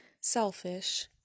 selfish